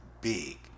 big